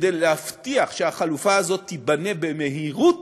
כדי להבטיח שהחלופה הזו תיבנה במהירות,